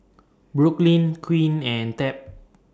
Brooklynn Quinn and Tab